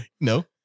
No